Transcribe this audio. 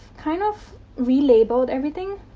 kind of re-labeled everything.